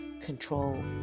control